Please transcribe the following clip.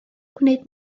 gwneud